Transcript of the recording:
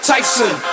Tyson